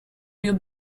will